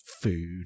food